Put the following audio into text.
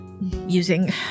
using